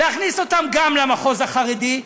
להכניס אותם גם למחוז החרדי,